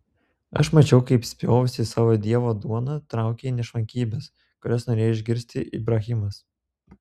aš mačiau kaip spjovusi į savo dievo dovaną traukei nešvankybes kurias norėjo išgirsti ibrahimas